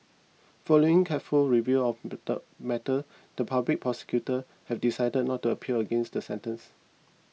following careful review of matter the Public Prosecutor has decided not to appeal against the sentence